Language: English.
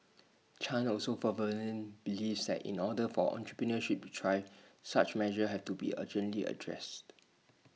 chan also believes that in order for entrepreneurship to thrive such measures have to be urgently addressed